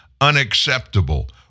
unacceptable